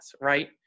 right